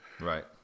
Right